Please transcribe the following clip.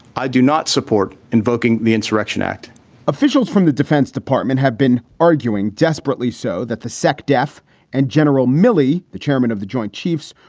i do not support invoking the insurrection act officials from the defense department have been arguing desperately so that the sec def and general milley, the chairman of the joint chiefs,